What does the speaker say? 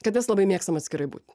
kad mes labai mėgstam atskirai būt